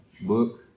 book